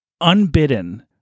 unbidden